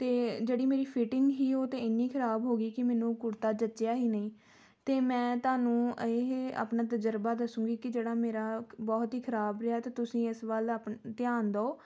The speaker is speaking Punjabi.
ਅਤੇ ਜਿਹੜੀ ਮੇਰੀ ਫਿਟਿੰਗ ਸੀ ਉਹ ਤਾਂ ਇੰਨੀ ਖ਼ਰਾਬ ਹੋ ਗਈ ਕਿ ਮੈਨੂੰ ਕੁੜਤਾ ਜੱਚਿਆ ਹੀ ਨਹੀਂ ਅਤੇ ਮੈਂ ਤੁਹਾਨੂੰ ਇਹ ਆਪਣਾ ਤਜਰਬਾ ਦੱਸੂੰਗੀ ਕਿ ਜਿਹੜਾ ਮੇਰਾ ਬਹੁਤ ਹੀ ਖ਼ਰਾਬ ਰਿਹਾ ਅਤੇ ਤੁਸੀਂ ਇਸ ਵੱਲ ਆਪਣਾ ਧਿਆਨ ਦਿਓ